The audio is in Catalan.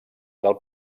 del